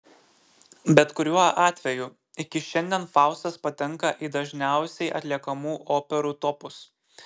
bet kuriuo atveju iki šiandien faustas patenka į dažniausiai atliekamų operų topus